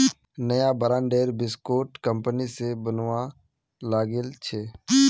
नया ब्रांडेर बिस्कुट कंगनी स बनवा लागिल छ